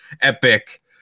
Epic